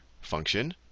function